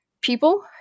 people